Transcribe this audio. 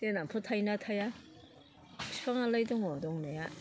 देनांफोर थायो ना थाया बिफांआलाय दङ दंनाया